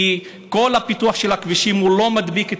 כי כל הפיתוח של הכבישים לא מדביק את